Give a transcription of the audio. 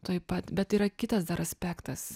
tuoj pat bet yra kitas dar aspektas